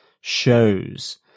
shows